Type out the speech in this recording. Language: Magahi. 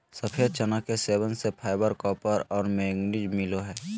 सफ़ेद चना के सेवन से फाइबर, कॉपर और मैंगनीज मिलो हइ